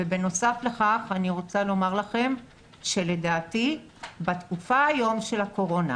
בנוסף לכך אני רוצה לומר לכם שלדעתי היום בתקופה של הקורונה,